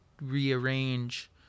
rearrange